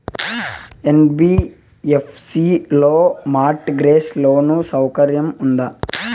NBFC లో mortgage loan సౌకర్యం ఉందా?